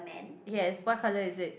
yes what colour is it